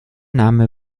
name